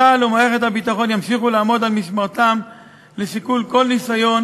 צה"ל ומערכת הביטחון ימשיכו לעמוד על משמרתם לסיכול כל ניסיון